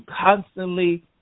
constantly